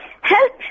Help